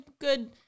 good